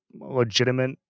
legitimate